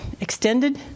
extended